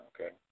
okay